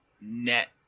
net